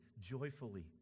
joyfully